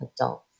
adults